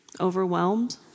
overwhelmed